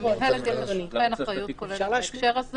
אפשר להשמיט.